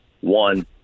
one